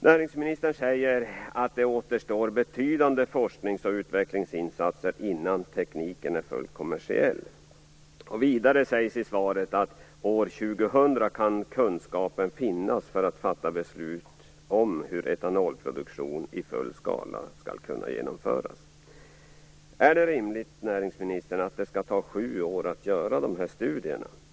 Näringsministern säger att det återstår betydande forsknings och utvecklingsinsatser innan tekniken är fullt kommersiell. Vidare sägs i svaret att år 2000 kan kunskapen finnas för att beslut skall kunna fattas om hur etanolproduktion i full skala skall kunna genomföras. Är det rimligt, näringsministern, att det skall ta sju år att genomföra de här studierna?